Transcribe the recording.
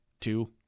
two